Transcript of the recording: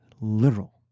literal